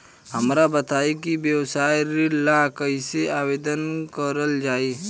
हमरा बताई कि व्यवसाय ऋण ला कइसे आवेदन करल जाई?